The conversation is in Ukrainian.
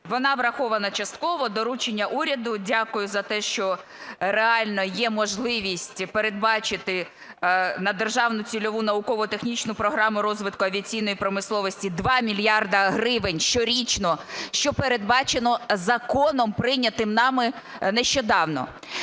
Вона врахована частково, доручення уряду. Дякую за те, що реально є можливість передбачити на Державну цільову науково-технічну програму розвитку авіаційної промисловості 2 мільярди гривень щорічно, що передбачено законом, прийнятим нами нещодавно.